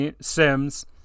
sims